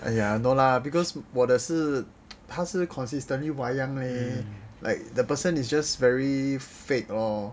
!aiya! no lah because 我的是他是 consistently damn wayang eh like the person is just very fake lor